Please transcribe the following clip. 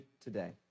today